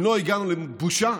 אם לא הגענו לבושה,